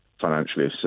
financially